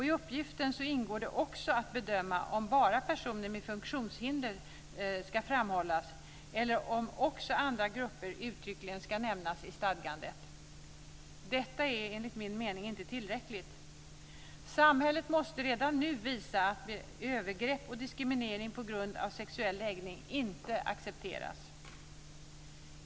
I uppgiften ingår det också att bedöma om bara personer med funktionshinder ska framhållas eller om också andra grupper uttryckligen ska nämnas i stadgandet. Detta är, enligt min mening, inte tillräckligt. Samhället måste redan nu visa att övergrepp och diskriminering på grund av sexuell läggning inte accepteras.